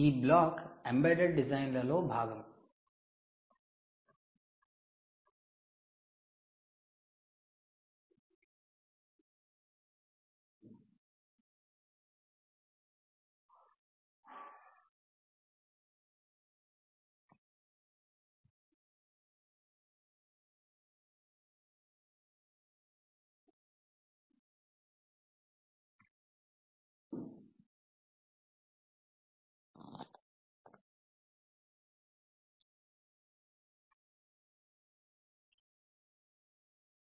ఈ block embedded డిజైన్లో భాగం